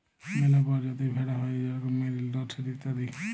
ম্যালা পরজাতির ভেড়া হ্যয় যেরকম মেরিল, ডরসেট ইত্যাদি